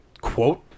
Quote